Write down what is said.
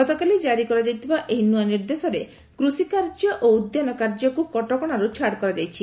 ଗତକାଲି ଜାରି କରାଯାଇଥିବା ଏହି ନୂଆ ନିର୍ଦ୍ଦେଶରେ କୃଷିକାର୍ଯ୍ୟ ଓ ଉଦ୍ୟାନ କାର୍ଯ୍ୟକୁ କଟକଣାରୁ ଛାଡ଼ କରାଯାଇଛି